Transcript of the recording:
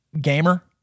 gamer